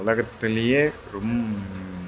உலகத்துலேயே ரொம்